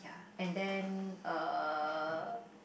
ya and then uh